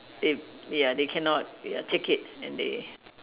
if ya they cannot ya take it and they